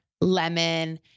lemon